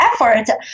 effort